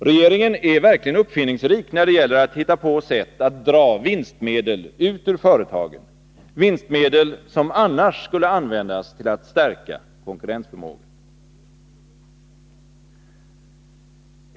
Regeringen är verkligen uppfinningsrik när det gäller att hitta på sätt att dra vinstmedel ut ur företagen — vinstmedel som annars skulle användas till att stärka konkurrensförmågan.